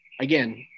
again